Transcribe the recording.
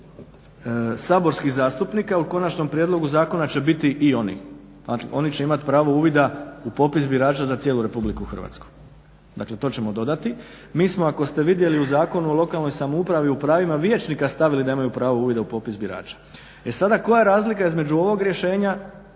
saborskih zastupnika, u konačnom prijedlogu zakona će biti i oni. Oni će imat pravo uvida u popis birača za cijelu Republiku Hrvatsku, dakle to ćemo dodati. Mi smo ako ste vidjeli u zakonu o lokalnoj samoupravi u pravima vijećnika stavili da imaju pravo uvida u popis birača. E sada koja je razlika između ovog rješenja